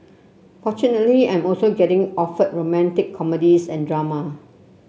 fortunately I'm also getting offered romantic comedies and drama